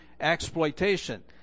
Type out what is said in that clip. exploitation